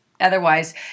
otherwise